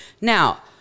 Now